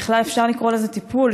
אם בכלל אפשר לקרוא לזה טיפול,